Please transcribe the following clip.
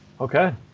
Okay